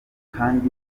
kandi